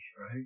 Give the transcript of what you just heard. right